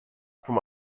from